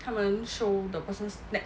他们 show the persons neck